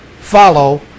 follow